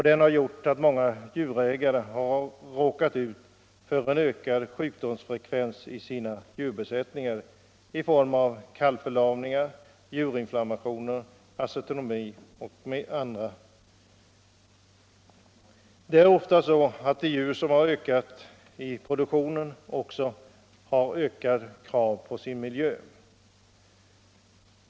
Det har gjort att många djurägare har råkat ut för en ökad sjukdomsfrekvens i sina djurbesättningar i form av kalvförlamningar, juverinflammationer, acetonemi etc. De djur som har ökat produktionen har oftast också större krav på sin miljö.